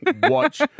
watch